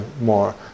more